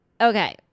Okay